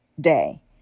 day